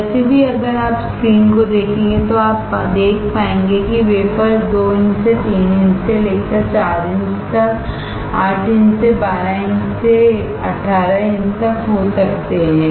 वैसे भी अगर आप स्क्रीन को देखेंगे तो आप देख पाएंगे कि वेफर्स 2 इंच से 3 इंच से लेकर 4 इंच तक 8 इंच से 12 इंच से 18 इंच तक हो सकते हैं